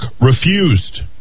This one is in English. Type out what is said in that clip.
refused